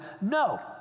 no